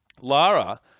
Lara